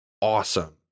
awesome